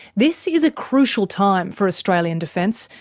this is a crucial time for australian defence,